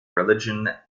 religion